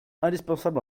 indispensable